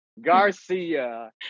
Garcia